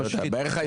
השנייה.